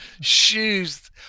Shoes